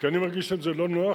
כי אני מרגיש עם זה לא נוח,